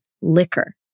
liquor